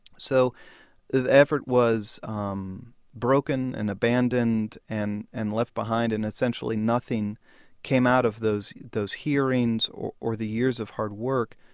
so the effort was um broken, and abandoned and and left behind. and essentially nothing came out of those those hearings or or the years of hard work,